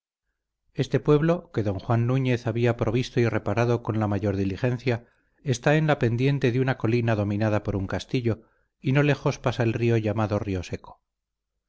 este pueblo que don juan núñez había provisto y reparado con la mayor diligencia está en la pendiente de una colina dominada por un castillo y no lejos pasa el río llamado rioseco